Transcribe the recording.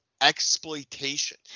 Exploitation